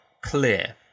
clear